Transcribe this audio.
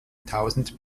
tausend